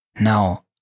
now